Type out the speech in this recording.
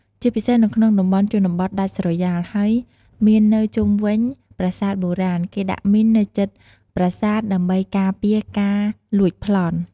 ជាពិសេសនៅក្នុងតំបន់ជនបទដាច់ស្រយាល ហើយមាននៅជុំវិញប្រាសាទបុរាណ គេដាក់មីននៅជិតប្រាសាទដើម្បីការពារការលួចប្លន់។